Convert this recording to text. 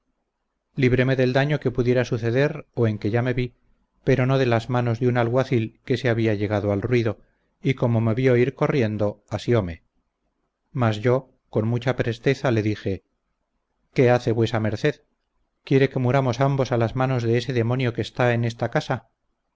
libréme del daño que pudiera suceder o en que ya me vi pero no de las manos de un alguacil que se había llegado al ruido y como me vió ir corriendo asiome mas yo con mucha presteza le dije qué hace vuesa merced quiere que muramos ambos a las manos de ese demonio que está en esta casa